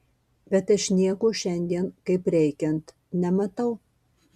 bet aš nieko šiandien kaip reikiant nematau